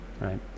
Right